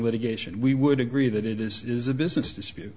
litigation we would agree that it is a business dispute